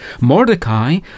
Mordecai